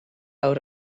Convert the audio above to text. awr